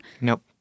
Nope